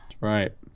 Right